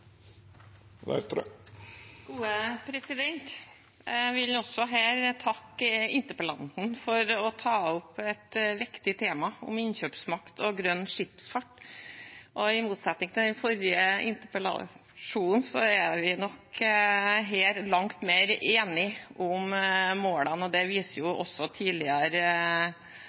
vare på. Jeg vil også takke interpellanten for å ta opp et viktig tema om innkjøpsmakt og grønn skipsfart. I motsetning til den forrige interpellasjonen er vi nok her langt mer enige om målene, og det viser jo også tidligere